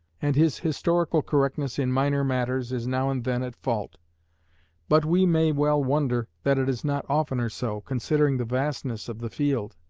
and his historical correctness in minor matters is now and then at fault but we may well wonder that it is not oftener so, considering the vastness of the field,